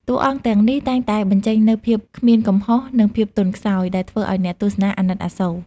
តួអង្គទាំងនេះតែងតែបញ្ចេញនូវភាពគ្មានកំហុស និងភាពទន់ខ្សោយ ដែលធ្វើឲ្យអ្នកទស្សនាអាណិតអាសូរ។